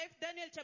Daniel